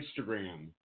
Instagram